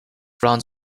from